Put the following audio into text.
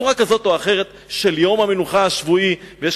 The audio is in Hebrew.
יום המנוחה השבועי בצורה כזאת או אחרת,